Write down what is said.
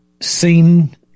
seen